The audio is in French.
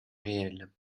réel